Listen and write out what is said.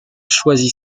choisi